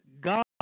God